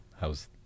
how's